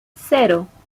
cero